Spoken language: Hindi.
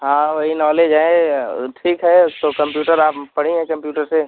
हाँ वही नॉलेज है ठीक है तो कंप्यूटर आप पढ़ी हैं कंप्यूटर से